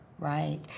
Right